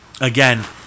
Again